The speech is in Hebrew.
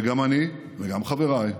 גם אני וגם חבריי,